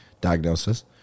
diagnosis